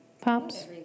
Pops